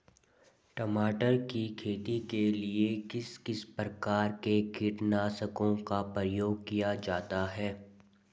टमाटर की खेती के लिए किस किस प्रकार के कीटनाशकों का प्रयोग किया जाता है?